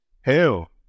Hell